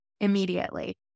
immediately